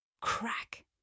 Crack